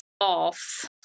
off